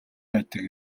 байдаг